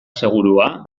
segurua